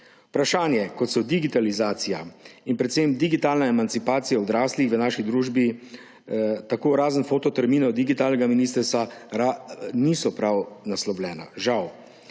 Vprašanja, kot so digitalizacija in predvsem digitalna emancipacija odraslih v naši družbi tako razen fototerminov digitalnega ministrstva niso prav naslovljena. Žal.